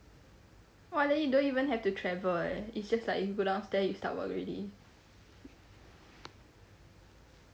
!!wah!! then you don't even have to travel eh it's just like you go downstair you start work already